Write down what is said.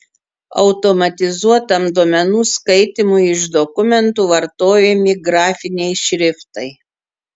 automatizuotam duomenų skaitymui iš dokumentų vartojami grafiniai šriftai